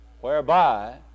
whereby